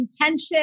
intention